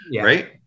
right